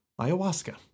ayahuasca